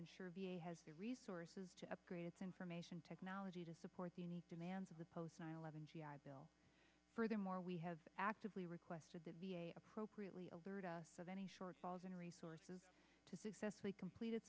ensure v a has the resources to upgrade its information technology to support the unique demands of the post nine eleven g i bill furthermore we have actively requested the v a appropriately alert us of any shortfalls in resources to successfully complete